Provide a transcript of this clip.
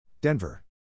Denver